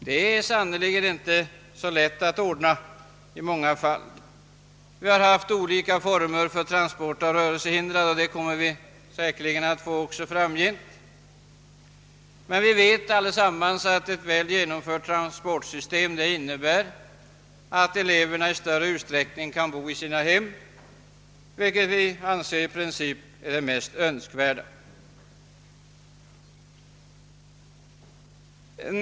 Det är sannerligen inte så lätt att ordna detta i många fall. Hittills har vi haft olika former för transport av rörelsehindrade, och så torde bli fallet även i fortsättningen. Ett väl genomfört transportsystem innebär emellertid att eleverna i större utsträckning kan bo i sina hem, vilket är det i princip mest önskvärda.